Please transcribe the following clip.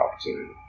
opportunity